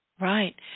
Right